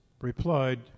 replied